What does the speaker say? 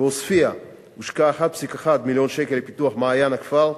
בעוספיא הושקעו 1.1 מיליון שקל לפיתוח מעיין הכפר,